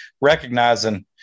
recognizing